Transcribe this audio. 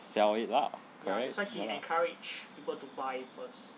sell it lah correct